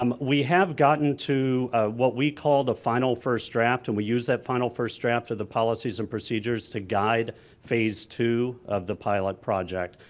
um we have gotten to what we call the final first draft and we'll use that final first draft of the policies and procedures to guide phase two of the pilot project.